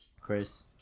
Chris